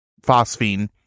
phosphine